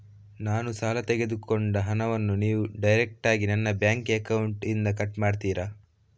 ನಾನು ಸಾಲ ತೆಗೆದುಕೊಂಡ ಹಣವನ್ನು ನೀವು ಡೈರೆಕ್ಟಾಗಿ ನನ್ನ ಬ್ಯಾಂಕ್ ಅಕೌಂಟ್ ಇಂದ ಕಟ್ ಮಾಡ್ತೀರಾ?